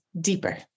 deeper